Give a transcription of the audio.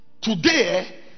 Today